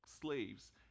slaves